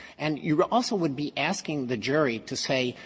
and you also would be asking the jury to say,